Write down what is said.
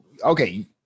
Okay